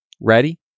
Ready